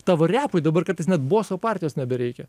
tavo repui dabar kartais net boso partijos nebereikia